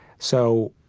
so,